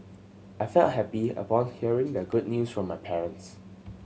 I felt happy upon hearing the good news from my parents